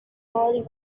hall